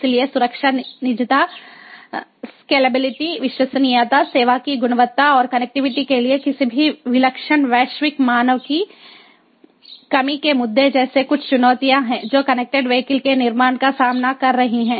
इसलिए सुरक्षा निजता स्केलेबिलिटी विश्वसनीयता सेवा की गुणवत्ता और कनेक्टिविटी के लिए किसी भी विलक्षण वैश्विक मानक की कमी के मुद्दे जैसे कुछ चुनौतियां हैं जो कनेक्टेड वीहिकल के निर्माण का सामना कर रही हैं